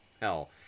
hell